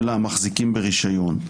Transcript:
של המחזיקים ברישיון.